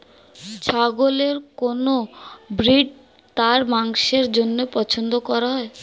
ছাগলের কোন ব্রিড তার মাংসের জন্য পছন্দ করা হয়?